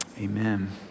amen